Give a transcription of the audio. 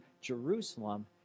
Jerusalem